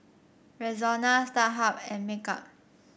Rexona Starhub and make up